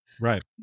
Right